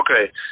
Okay